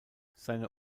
seine